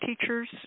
teachers